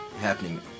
happening